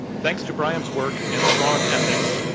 thanks to brian's work and strong ethics,